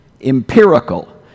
empirical